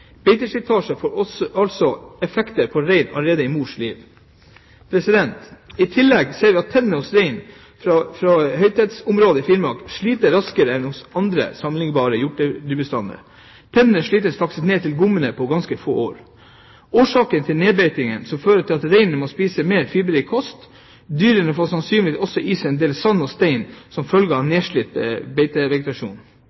Beiteslitasje får altså effekter på reinen allerede i mors liv. – I tillegg ser vi at tennene hos rein fra høytetthetsområder i Finnmark slites raskere enn hos alle andre sammenlignbare hjortedyrbestander. Tennene slites faktisk ned til gommene på ganske få år. – Årsaken er nedbeitingen, som fører til at reinen må spise mer fiberrik kost. Dyrene får sannsynligvis også i seg en del sand og stein som følge av